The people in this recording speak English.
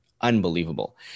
unbelievable